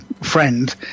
friend